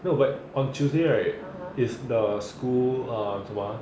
no but on tuesday right is the school err 什么 uh